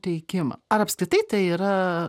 teikimą ar apskritai tai yra